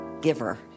giver